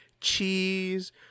cheese